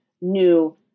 new